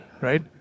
right